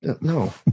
No